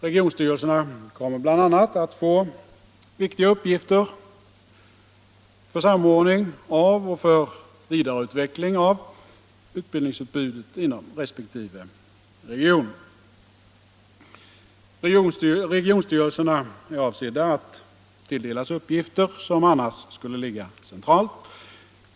Regionstyrelserna kommer bl.a. att få viktiga uppgifter för samordning och vidareutveckling av utbildningsutbudet inom resp. regioner. Regionstyrelserna är avsedda att tilldelas uppgifter som annars skulle ligga centralt.